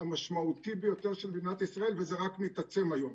המשמעותי ביותר של מדינת ישראל וזה רק מתעצם היום.